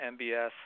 MBS